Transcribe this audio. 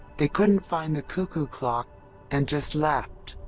they couldn't find the cuckoo clock and just left.